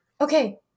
Okay